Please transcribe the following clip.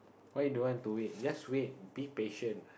why don't want to wait just wait be patient